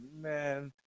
man